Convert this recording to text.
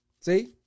See